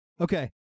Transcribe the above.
Okay